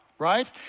Right